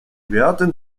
werden